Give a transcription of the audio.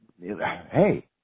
hey